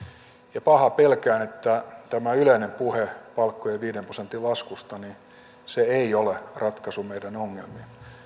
ja pahaa pelkään että tämä yleinen puhe palkkojen viiden prosentin laskusta ei ole ratkaisu meidän ongelmiimme